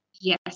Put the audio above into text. Yes